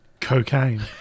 cocaine